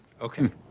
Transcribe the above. Okay